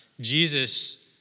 Jesus